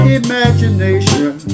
imagination